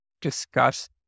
discuss